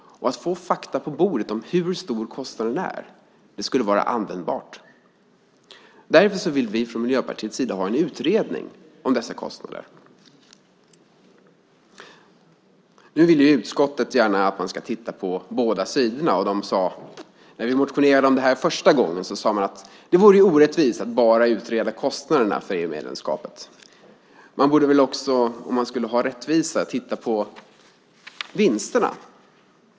Att få fakta på bordet om hur stor kostnaden är skulle vara användbart. Därför vill vi i Miljöpartiet ha en utredning av dessa kostnader. Utskottet vill gärna att man ska titta på båda sidor, och de sade, när vi motionerade om det första gången, att det vore orättvist att bara utreda kostnaderna för EU-medlemskapet. Man borde väl, om det ska vara rättvist, även titta på vinsterna.